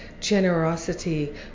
generosity